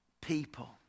people